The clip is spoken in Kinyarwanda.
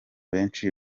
benshi